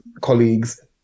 colleagues